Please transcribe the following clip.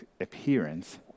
appearance